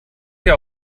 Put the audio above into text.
hier